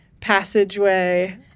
passageway